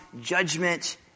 judgment